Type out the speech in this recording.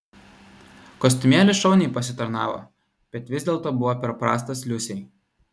kostiumėlis šauniai pasitarnavo bet vis dėlto buvo per prastas liusei